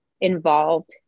involved